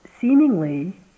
seemingly